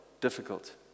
difficult